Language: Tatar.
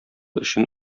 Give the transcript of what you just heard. өчен